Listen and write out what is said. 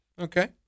Okay